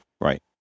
Right